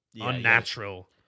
unnatural